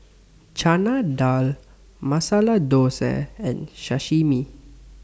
Chana Dal Masala Dosa and Sashimi